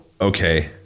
okay